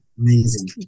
Amazing